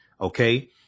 okay